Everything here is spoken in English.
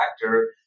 factor